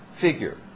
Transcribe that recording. figure